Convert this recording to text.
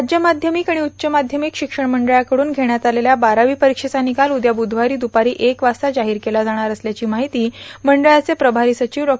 राज्य माध्यमिक आणि उच्च माध्यमिक शिक्षण मंडळाकडून घेण्यात आलेल्या बारावी परीक्षेघा निकाल उद्या बुधवारी दुपारी एक वाजता जाहीर केला जाणार असल्याची माहिती मंडळाचे प्रभारी सचिव डॉ